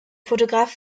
fotograf